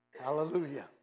Hallelujah